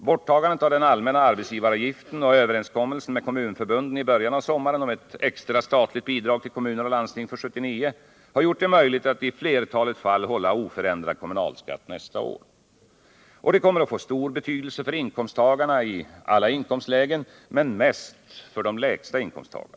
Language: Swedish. Borttagandet av den allmänna arbetsgivaravgiften och överenskommelsen med kommunförbunden i början av sommaren om ett extra statligt bidrag till kommuner och landsting för 1979 har gjort det möjligt att i flertalet fall hålla oförändrad kommunalskatt nästa år. Det kommer att få stor betydelse för inkomsttagare i alla inkomstlägen men mest för personer med de lägsta inkomsterna.